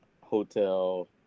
hotel